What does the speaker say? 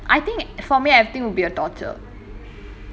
I think for me everything would be a torture